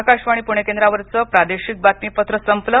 आकाशवाणी पुणे केंद्रावरचं प्रादेशिक बातमीपत्र संपलं